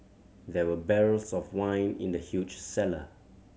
there were barrels of wine in the huge cellar